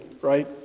right